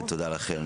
ותודה לכן